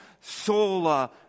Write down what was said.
sola